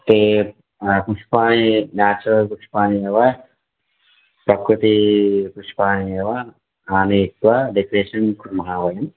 ते पुष्पाणि न्याचुरल् पुष्पाणि एव प्रकृतिपुष्पाणि एव आनयित्वा डेकरेशन् कुर्मः वयं